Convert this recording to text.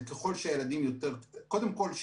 קודם כול,